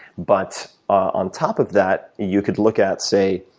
but on top of that you could look at say,